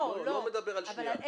אני לא מדבר על הודעה שנייה.